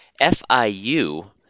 FIU